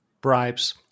Bribes